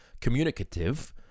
communicative